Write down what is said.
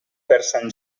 sant